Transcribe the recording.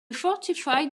fortified